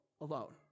alone